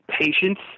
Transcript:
Patience